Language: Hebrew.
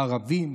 ערבים,